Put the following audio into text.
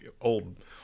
old